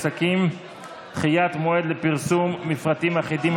עסקים (דחיית מועד לפרסום מפרטים אחידים),